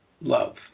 love